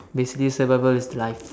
basically survival is life